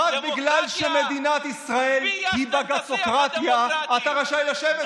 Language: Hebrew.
רק בגלל שמדינת ישראל היא בג"צוקרטיה אתה רשאי לשבת פה.